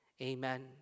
amen